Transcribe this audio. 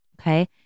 okay